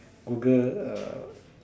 Google uh